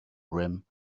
rim